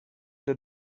det